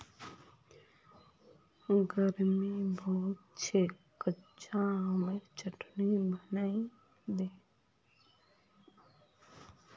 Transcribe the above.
गर्मी बहुत छेक कच्चा आमेर चटनी बनइ दे